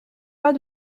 pas